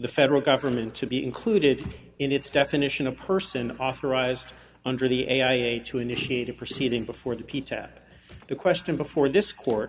the federal government to be included in its definition a person authorized under the a i a to initiate a proceeding before the pizza the question before this court